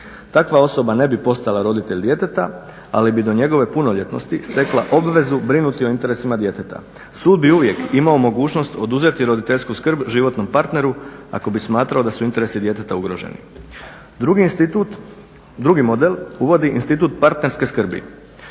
Takva osoba ne bi postala roditelj djeteta ali bi do njegove punoljetnosti stekla obvezu brinuti o interesima djeteta. Sud bi uvijek imao mogućnost oduzeti roditeljsku skrb životnom parteru ako bi smatrao da su interesi djeteta ugroženi. Drugi institut, drugi model uvodi institut parterske skrbi.